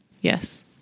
Yes